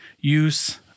use